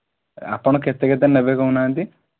ଆପଣ କେତେ କେତେ ନେବେ କହୁ ନାହାନ୍ତି